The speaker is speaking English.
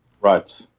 right